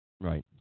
Right